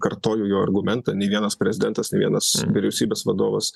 kartoju jo argumentą nei vienas prezidentas nė vienas vyriausybės vadovas